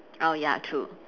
oh ya true